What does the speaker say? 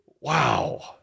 Wow